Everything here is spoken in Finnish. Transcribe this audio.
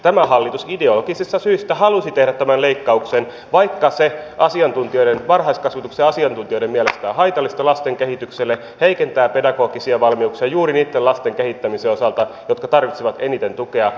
tämä hallitus ideologisista syistä halusi tehdä tämän leikkauksen vaikka se varhaiskasvatuksen asiantuntijoiden mielestä on haitallista lasten kehitykselle heikentää pedagogisia valmiuksia juuri niitten lasten kehittämisen osalta jotka tarvitsevat eniten tukea